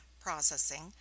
processing